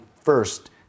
first